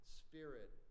spirit